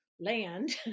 land